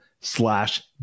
slash